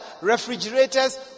refrigerators